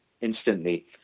instantly